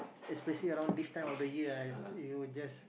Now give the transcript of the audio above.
especially around this time of the year ah you just